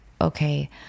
okay